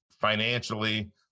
Financially